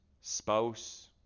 spouse